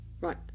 Right